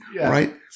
Right